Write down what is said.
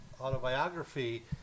autobiography